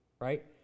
Right